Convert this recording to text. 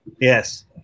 Yes